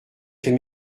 fait